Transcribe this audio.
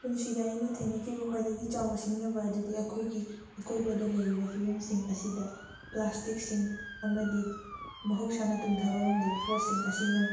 ꯄꯨꯟꯁꯤꯗ ꯑꯩꯅ ꯊꯦꯡꯅꯈꯤꯕ ꯈ꯭ꯋꯥꯏꯗꯒꯤ ꯆꯥꯎꯕ ꯁꯤꯡꯅꯕ ꯑꯗꯨꯗꯤ ꯑꯩꯈꯣꯏꯒꯤ ꯑꯀꯣꯏꯕꯗ ꯂꯩꯔꯤꯕ ꯐꯤꯕꯝꯁꯤꯡ ꯑꯁꯤꯗ ꯄ꯭ꯂꯥꯁꯇꯤꯛꯁꯤꯡ ꯑꯃꯗꯤ ꯃꯍꯧꯁꯥꯅ ꯇꯨꯝꯊꯕ ꯉꯝꯗꯕ ꯄꯣꯠꯁꯤꯡ ꯑꯁꯤꯅ